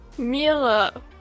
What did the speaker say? Mila